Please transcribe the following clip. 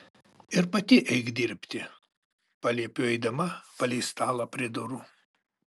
ir pati eik dirbti paliepiu eidama palei stalą prie durų